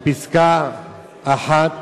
אדוני היושב-ראש,